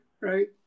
Right